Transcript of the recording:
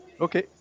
Okay